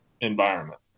environment